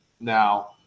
now